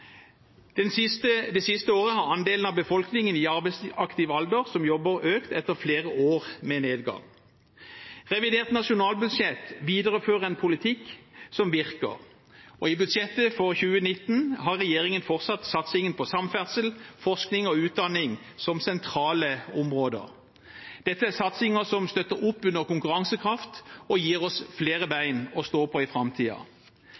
Det siste året har andelen av befolkning i arbeidsaktiv alder som jobber, økt etter flere år med nedgang. Revidert nasjonalbudsjett viderefører en politikk som virker. I budsjettet for 2019 har regjeringen fortsatt satsingen på samferdsel, forskning og utdanning som sentrale områder. Dette er satsinger som støtter opp under konkurransekraften og gir oss flere bein å stå på i